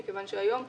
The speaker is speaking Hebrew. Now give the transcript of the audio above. מכיוון שהיום,